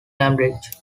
cambridge